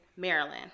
Maryland